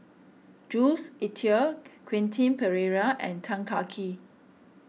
Jules Itier Quentin Pereira and Tan Kah Kee